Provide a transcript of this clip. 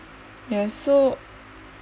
yes so